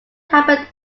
happen